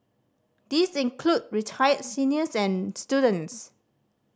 these include retired seniors and students